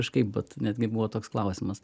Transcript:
kažkaip vat netgi buvo toks klausimas